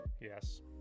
Yes